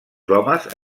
homes